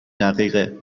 دقیقه